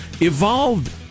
evolved